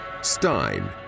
Stein